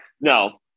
No